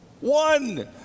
one